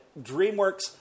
DreamWorks